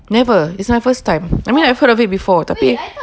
never it's my first time I mean I've heard of it before tapi